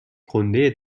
کندهی